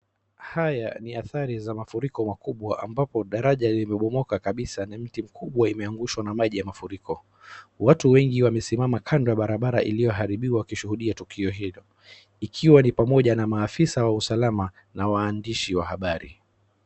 Haya ni athari za mafuriko makubwa ambapo daraja limebomoka kabisa na mti mkubwa imeangushwa na maji ya mafuriko. Watu wengi wamesimama kando ya barabara ilioharibiwa wakishuhudia tukio hilo, ikiwa ni pamoja na maafisa wa usalama na waandishi wa habari.